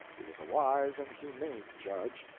he was a wise and humane judge,